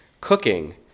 cooking